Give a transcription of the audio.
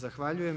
Zahvaljujem.